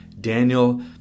Daniel